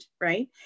right